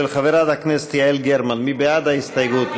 של חברת הכנסת יעל גרמן, מי בעד ההסתייגות?